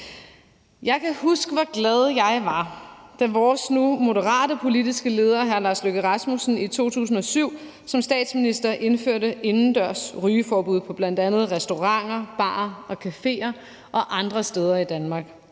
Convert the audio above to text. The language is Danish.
Jeg kan huske, hvor glad jeg var, da hr. Lars Løkke Rasmussen, Moderaternes politiske leder, i 2007 som statsminister indførte indendørs rygeforbud på bl.a. restauranter, barer, caféer og andre steder i Danmark.